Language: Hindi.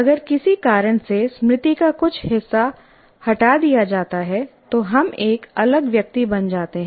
अगर किसी कारण से स्मृति का कुछ हिस्सा हटा दिया जाता है तो हम एक अलग व्यक्ति बन जाते हैं